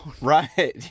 Right